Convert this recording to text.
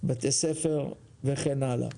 בתי ספר, וכן הלאה.